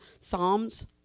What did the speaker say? Psalms